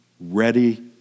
Ready